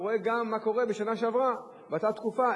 רואה גם מה קרה בשנה שעברה באותה תקופה,